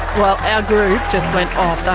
well our group just went off.